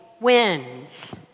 wins